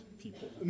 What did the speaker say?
people